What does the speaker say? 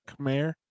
Khmer